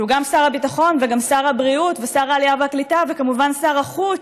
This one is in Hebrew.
שהוא גם שר הביטחון וגם שר הבריאות ושר העלייה והקליטה וכמובן שר החוץ,